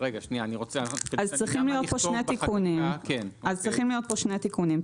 אז צריכים להיות פה שני תיקונים,